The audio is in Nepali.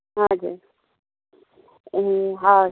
हजुर ए हस्